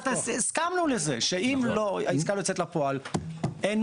הסכמנו לזה שאם העסקה לא יוצאת לפועל אזי לא